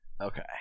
Okay